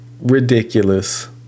ridiculous